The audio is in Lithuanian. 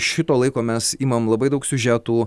šito laiko mes imam labai daug siužetų